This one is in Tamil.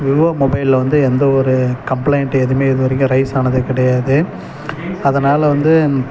விவோ மொபைலில் வந்து எந்த ஒரு கம்ப்ளைண்ட்டு எதுவுமே இது வரைக்கும் ரெய்ஸ் ஆனதே கிடையாது அதனால் வந்து